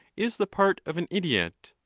is the part of an idiot.